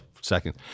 second